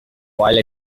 while